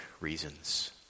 reasons